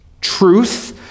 truth